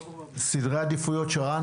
רן,